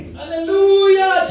hallelujah